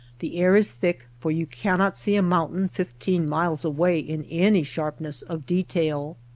the air is thick, for you cannot see a mountain fifteen miles away in any sharpness of detail.